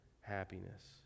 happiness